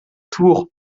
tour